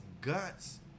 guts